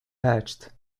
hatched